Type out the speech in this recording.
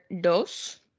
dos